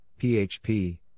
PHP